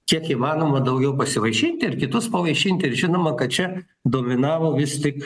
kiek įmanoma daugiau pasivaišinti ir kitus pavaišinti ir žinoma kad čia dominavo vis tik